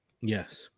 Yes